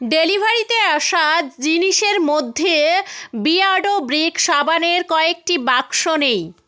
ডেলিভারিতে আসা জিনিসের মধ্যে বিয়ার্ডো ব্রিক সাবানের কয়েকটি বাক্স নেই